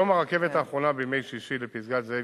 כיום הרכבת האחרונה בימי שישי לפסגת-זאב